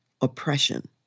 oppression